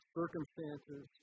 circumstances